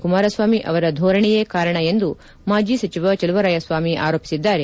ಕುಮಾರಸ್ವಾಮಿ ಅವರ ಧೋರಣೆಯೇ ಕಾರಣ ಎಂದು ಮಾಜಿ ಸಚಿವ ಚಲುವರಾಯಸ್ವಾಮಿ ಆರೋಪಿಸಿದ್ದಾರೆ